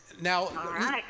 now